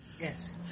yes